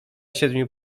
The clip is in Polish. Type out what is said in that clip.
siedmiu